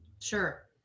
Sure